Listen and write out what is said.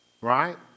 Right